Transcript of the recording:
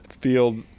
field